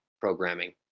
programming